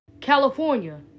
California